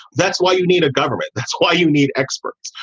that's why you need a government. that's why you need experts.